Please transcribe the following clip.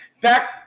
Back